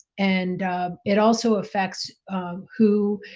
and it also affects who,